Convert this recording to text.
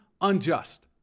unjust